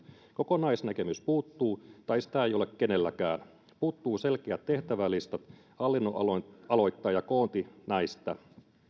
kokonaisnäkemys puuttuu tai sitä ei ole kenelläkään puuttuu selkeä tehtävälista hallinnonaloittain ja koonti näistä